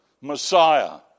Messiah